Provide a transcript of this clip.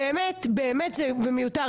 באמת זה מיותר.